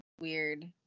weird